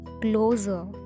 closer